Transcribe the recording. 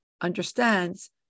understands